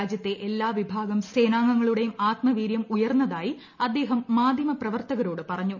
രാജ്യത്തെ എല്ലാ വിഭാഗം സേനാംഗങ്ങളുടെയും ആത്മവീര്യം ഉയർന്നതായി അദ്ദേഹം മാധ്യമ പ്രവർത്തകരോട് പറഞ്ഞു